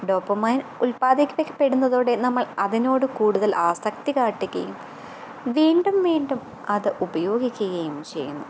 dopamine ഉൽപ്പാദിപ്പിക്കപ്പെടുന്നതോടെ നമ്മൾ അതിനോട് കൂടുതൽ ആസക്തി കാട്ടുകയും വീണ്ടും വീണ്ടും അത് ഉപയോഗിക്കുകയും ചെയ്യുന്നു